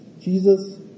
Jesus